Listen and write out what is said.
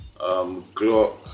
Glock